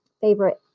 favorite